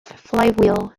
flywheel